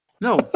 No